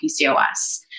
PCOS